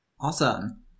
Awesome